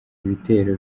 ibitero